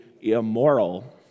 immoral